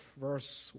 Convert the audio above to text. verse